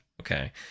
Okay